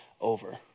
over